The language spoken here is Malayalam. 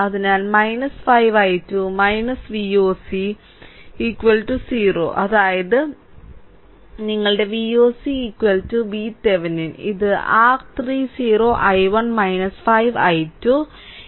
അതിനാൽ 5 i2 Voc that 0 അതായത് നിങ്ങളുടെ Voc VThevenin ഇത് R30 i1 5 i2